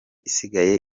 isigaye